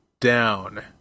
down